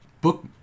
book